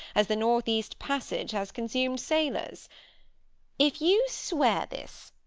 as the northeast passage has consum'd sailors if you swear this,